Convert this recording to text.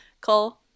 cole